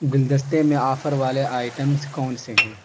گلدستے میں آفر والے آئٹمز کون سے ہیں